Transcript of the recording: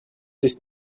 this